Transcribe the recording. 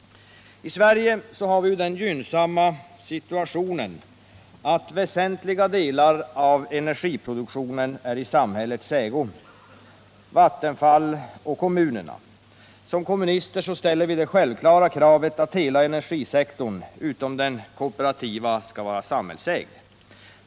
I Sverige har vi den gynnsamma situationen att väsentliga delar av energiproduktionen är i samhällets ägo, Vattenfalls och kommunernas. Som kommunister ställer vi det självklara kravet att hela energisektorn, utom den kooperativa, skall vara samhällsägd.